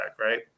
Right